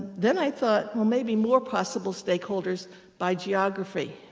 then i thought, well, maybe more possible stakeholders by geography.